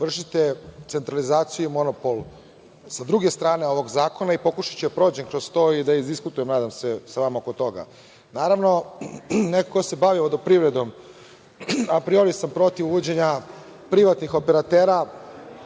vršite centralizaciju i monopol, sa druge strane ovog zakona, pokušaću da prođem kroz to i da izdiskutujem nadam se sa vama oko toga. Naravno, neko ko se bavio vodoprivredom, apriori sam protiv uvođenja privatnih operatera